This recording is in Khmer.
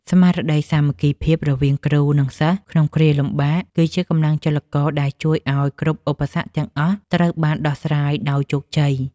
ស្មារតីសាមគ្គីភាពរវាងគ្រូ និងសិស្សក្នុងគ្រាលំបាក គឺជាកម្លាំងចលករដែលជួយឱ្យគ្រប់ឧបសគ្គទាំងអស់ត្រូវបានដោះស្រាយដោយជោគជ័យ។